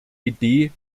idee